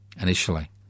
initially